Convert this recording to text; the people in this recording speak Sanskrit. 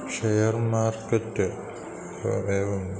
षेर् मार्केट् एवं